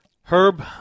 Herb